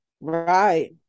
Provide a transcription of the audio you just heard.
right